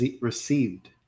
received